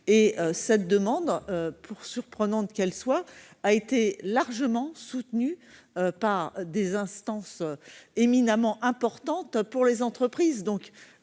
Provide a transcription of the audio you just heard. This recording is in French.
cette demande, pour surprenante qu'elle soit, a été largement soutenue par des instances éminemment importantes pour les entreprises.